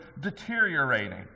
deteriorating